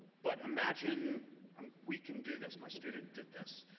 but imagine um we can do this, my student did this.